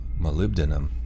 molybdenum